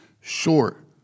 short